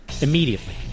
Immediately